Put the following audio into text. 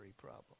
problem